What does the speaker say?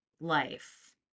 life